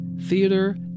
Theater